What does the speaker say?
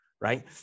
right